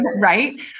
Right